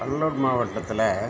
கடலூர் மாவட்டத்தில்